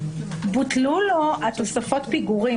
בוטלו לו התוספות פיגורים.